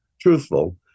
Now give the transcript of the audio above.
truthful